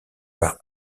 par